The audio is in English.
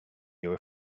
your